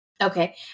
Okay